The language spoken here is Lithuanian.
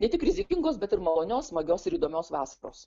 ne tik rizikingos bet ir malonios smagios ir įdomios vasaros